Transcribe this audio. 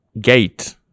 gate